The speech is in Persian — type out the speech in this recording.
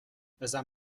بزن